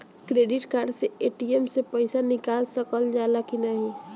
Credit card से ATM से पइसा निकाल सकल जाला की नाहीं?